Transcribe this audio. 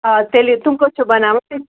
آ تیٚلہِ تِم کٔژ چھُو بناوٕنۍ تۄہہِ